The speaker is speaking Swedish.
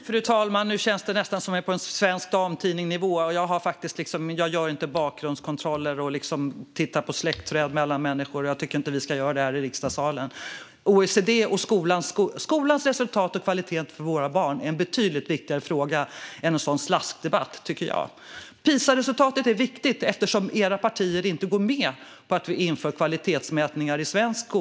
Fru talman! Nu känns det nästan som att vi är på Svensk Damtidning-nivå. Jag gör inte bakgrundskontroller eller tittar på människors släktträd. Det tycker jag inte att vi ska göra här i riksdagens kammare. Skolans resultat och kvalitet är för våra barn en betydligt viktigare fråga än en sådan slaskdebatt. PISA-resultatet är viktigt eftersom era partier inte går med på att vi inför kvalitetsmätningar i svensk skola.